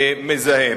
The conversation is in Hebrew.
המזהם.